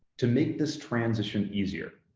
to make this transition easier,